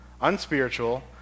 unspiritual